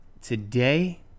today